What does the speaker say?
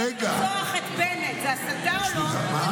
ואם גפני קורא לרצוח את בנט, זאת הסתה או לא?